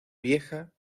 vieja